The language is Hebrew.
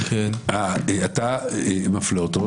אתה מפלה אותו,